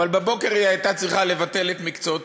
אבל בבוקר היא הייתה צריכה לבטל את מקצועות